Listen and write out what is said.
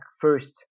first